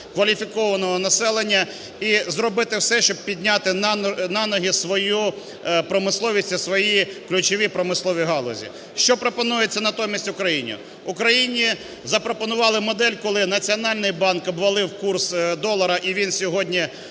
кваліфікованого населення і зробити все, щоб підняти на ноги свою промисловість і свої ключові промислові галузі. Що пропонується натомість Україні? Україні запропонували модель, коли Національний банк обвалив курс долара, і він сьогодні